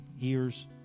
ears